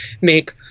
make